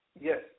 yes